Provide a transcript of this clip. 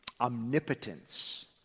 Omnipotence